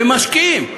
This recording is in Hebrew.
ומשקיעים.